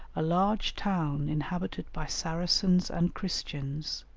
a large town inhabited by saracens and christians,